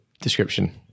description